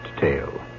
tale